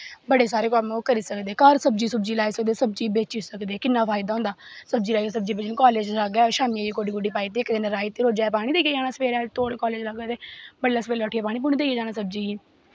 बड़े सारे कम्म ओह् करी सकदे घर सब्जी सुब्जी लाई सकदे सब्जी बेची सकदे किन्ना फायदा होंदा सब्जी लाई सब्जी कालेज लाग्गै शामीं गोड्डी गाड्डी पाई दित्ती रोज़ पानी देइयै जाना तौलै कालेज लग्गा ते बड्डलै सवेला पानी पूनी देइयै जाना सब्जी गी